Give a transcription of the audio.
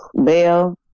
Bell